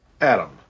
Adam